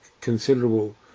considerable